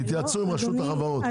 תתייעצו עם רשות החברות,